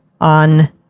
on